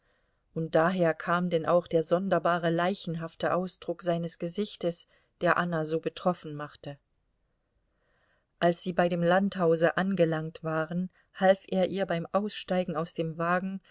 und daher kam denn auch der sonderbare leichenhafte ausdruck seines gesichtes der anna so betroffen machte als sie bei dem landhause angelangt waren half er ihr beim aussteigen aus dem wagen